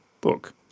book